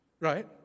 Right